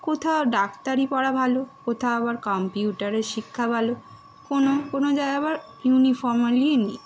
কোথাও ডাক্তারি পড়া ভালো কোথাও আবার কম্পিউটারের শিক্ষা ভালো কোনো কোনো জায়গায় আবার ইউনিফরমালিনি